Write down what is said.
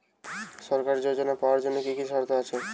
সরকারী যোজনা পাওয়ার জন্য কি কি শর্ত আছে?